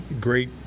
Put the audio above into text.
Great